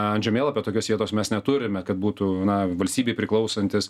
ant žemėlapio tokios vietos mes neturime kad būtų na valstybei priklausantis